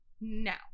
Now